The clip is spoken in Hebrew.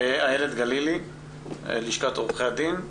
איילת גלילי מלשכת עורכי הדין.